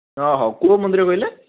ହଁ ହଉ କେଉଁ ମନ୍ଦିର କହିଲେ